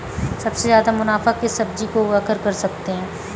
सबसे ज्यादा मुनाफा किस सब्जी को उगाकर कर सकते हैं?